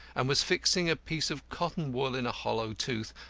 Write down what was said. and was fixing a piece of cotton-wool in a hollow tooth,